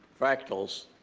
fractals.